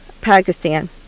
Pakistan